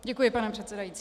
Děkuji, pane předsedající.